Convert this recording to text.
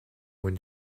when